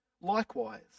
Likewise